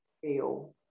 feel